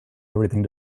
everything